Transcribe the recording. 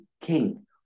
king